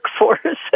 workforce